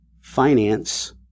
finance